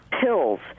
pills